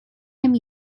time